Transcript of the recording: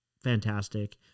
fantastic